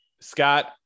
Scott